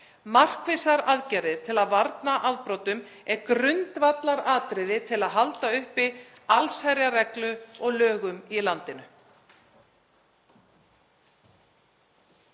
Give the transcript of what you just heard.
Markvissar aðgerðir til að varna afbrotum eru grundvallaratriði til að halda uppi allsherjarreglu og lögum í landinu.